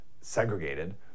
segregated